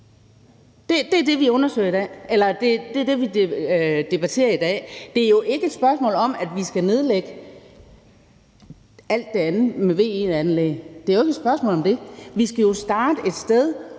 og det mener jeg at vi skal. Det er det, vi debatterer i dag. Det er jo ikke et spørgsmål om, at vi skal nedlægge alt det andet, altså VE-anlæg. Det er jo ikke et spørgsmål om det. Vi skal starte et sted,